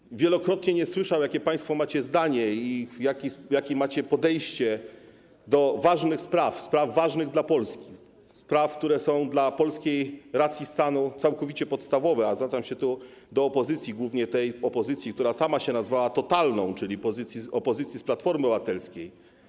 Gdybym wielokrotnie nie słyszał, jakie państwo macie zdanie i jakie macie podejście do ważnych spraw, spraw ważnych dla Polski, spraw, które są dla polskiej racji stanu całkowicie podstawowe, a zwracam się tu do opozycji, głównie tej opozycji, która sama się nazwała totalną, czyli opozycji z Platformy Obywatelskiej.